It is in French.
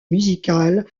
musicale